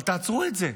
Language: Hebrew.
אבל תעצרו את זה.